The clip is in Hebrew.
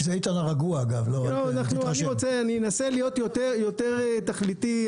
אני אנסה להיות יותר תכליתי,